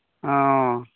ᱳ